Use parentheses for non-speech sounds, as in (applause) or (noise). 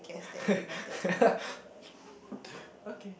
(laughs) okay